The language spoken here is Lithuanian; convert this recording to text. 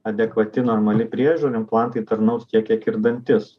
adekvati normali priežiūra implantai tarnaus tiek kiek ir dantis